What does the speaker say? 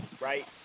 right